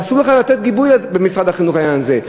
אסור לך לתת גיבוי במשרד החינוך בעניין הזה.